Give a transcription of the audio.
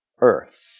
earth